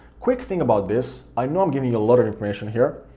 quick thing about this, i know i'm giving you a lot of information here,